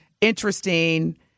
interesting